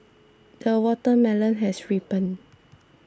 the watermelon has ripened